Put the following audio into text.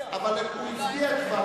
קבוצת סיעת קדימה,